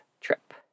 trip